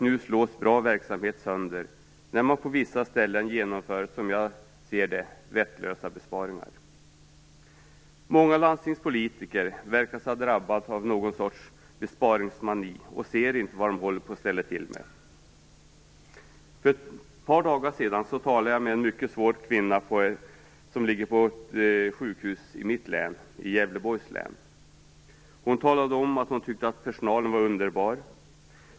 Nu slås bra verksamhet sönder när man på vissa ställen genomför, som jag ser det, vettlösa besparingar. Många landstingspolitiker verkar ha drabbats av någon sorts besparingsmani och ser inte vad de håller på och ställer till med. För ett par dagar sedan talade jag med en mycket svårt sjuk kvinna som ligger på sjukhus i mitt län - i Gävleborgs län. Hon talade om att hon tyckte att personalen var underbar.